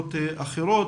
לרשויות אחרות.